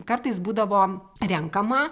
kartais būdavo renkama